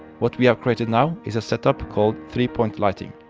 what we have created now is a set up called three-point lighting.